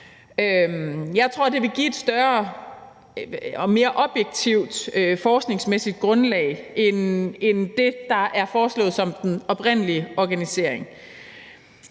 Jeg tror, at det vil give et større og mere objektivt forskningsmæssigt grundlag end det, der er foreslået som den oprindelige organisering.